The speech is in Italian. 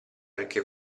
perché